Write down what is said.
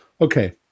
Okay